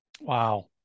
Wow